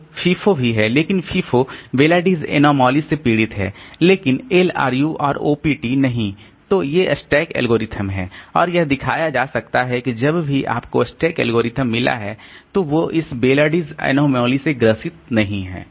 तो FIFO भी है लेकिन FIFO बेलीडीज अनोमालीBelady's anomaly से पीड़ित है लेकिन LRU और OPT नहीं तो ये स्टैक एल्गोरिदम हैं और यह दिखाया जा सकता है कि जब भी आपको स्टैक एल्गोरिदम मिला है तो वे इस बेलीडीज अनोमालीBelady's anomaly से ग्रस्त नहीं हैं